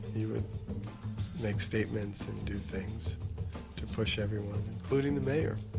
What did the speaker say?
he would make statements and do things to push everyone, including the mayor.